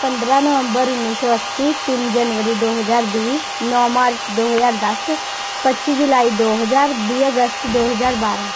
ਪੰਦਰਾਂ ਨਵੰਬਰ ਉੱਨੀ ਸੌ ਅੱਸੀ ਤਿੰਨ ਜਨਵਰੀ ਦੋ ਹਜ਼ਾਰ ਵੀਹ ਨੌ ਮਾਰਚ ਦੋ ਹਜ਼ਾਰ ਦਸ ਪੱਚੀ ਜੁਲਾਈ ਦੋ ਹਜ਼ਾਰ ਵੀਹ ਅਗਸਤ ਦੋ ਹਜ਼ਾਰ ਬਾਰਾਂ